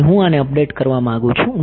તેથી હું આને અપડેટ કરવા માંગુ છું